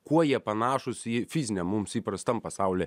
kuo jie panašūs į fizinę mums įprastam pasaulyje